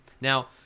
Now